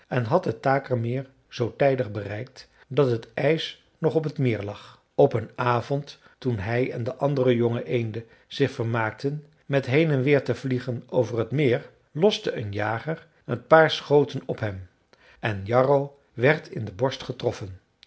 en had het takermeer zoo tijdig bereikt dat het ijs nog op het meer lag op een avond toen hij en de andere jonge eenden zich vermaakten met heen en weer te vliegen over het meer loste een jager een paar schoten op hen en jarro werd in de borst getroffen